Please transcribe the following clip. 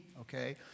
Okay